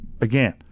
again